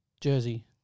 jersey